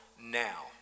now